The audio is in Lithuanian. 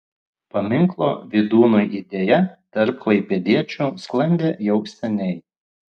paminklo vydūnui idėja tarp klaipėdiečių sklandė jau seniai